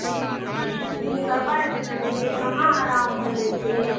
हलो दबाइ देने रहियै कहाँ आराम भेलै पेट